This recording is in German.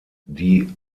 die